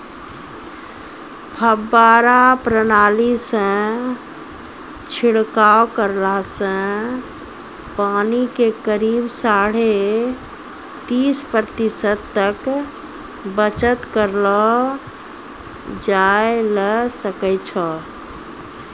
फव्वारा प्रणाली सॅ छिड़काव करला सॅ पानी के करीब साढ़े तीस प्रतिशत तक बचत करलो जाय ल सकै छो